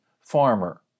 farmer